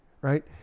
Right